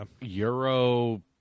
Euro